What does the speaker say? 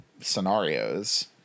scenarios